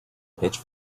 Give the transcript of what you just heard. pitch